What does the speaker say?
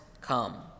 come